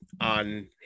on